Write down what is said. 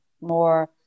more